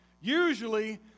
Usually